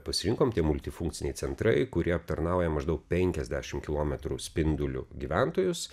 pasirinkom tie multifunkciniai centrai kurie aptarnauja maždaug penkiasdešim kilometrų spinduliu gyventojus